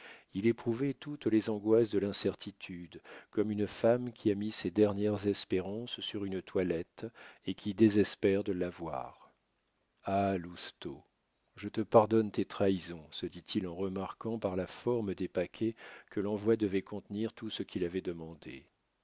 il éprouvait toutes les angoisses de l'incertitude comme une femme qui a mis ses dernières espérances sur une toilette et qui désespère de l'avoir ah lousteau je te pardonne tes trahisons se dit-il en remarquant par la forme des paquets que l'envoi devait contenir tout ce qu'il avait demandé